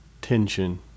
tension